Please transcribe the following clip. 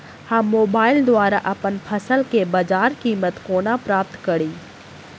हम मोबाइल द्वारा अप्पन फसल केँ बजार कीमत कोना प्राप्त कड़ी?